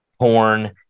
porn